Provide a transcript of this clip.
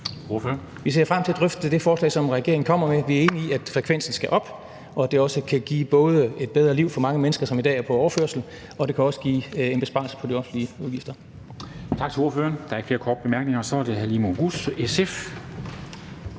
Vi ser frem til at drøfte det forslag, som regeringen kommer med. Vi er enige i, at frekvensen skal op, og at det også både kan give et bedre liv til mange mennesker, som i dag er på overførsel, og en besparelse af de offentlige midler.